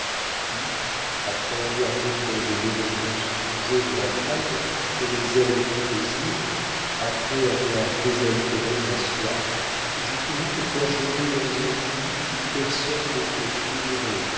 puis après avoir déployé l'éloquence rusée de la femme et les ailes du plaisir après avoir désaltéré ma soif je pourrais te faire jeter dans un puits où personne ne te trouverait